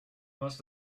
must